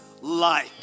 light